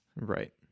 right